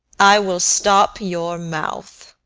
i will stop your mouth.